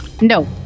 No